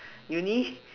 uni